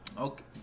Okay